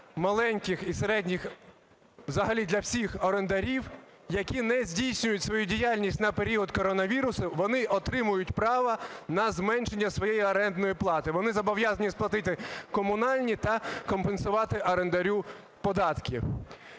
маленьких і середніх, взагалі для всіх орендарів, які не здійснюють свою діяльність на період коронавірусу, вони отримують право на зменшення своєї орендної плати. Вони зобов'язані сплатити комунальні та компенсувати орендарю податки.